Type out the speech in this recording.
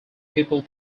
people